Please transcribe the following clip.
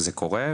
וזה קורה,